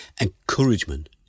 Encouragement